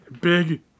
Big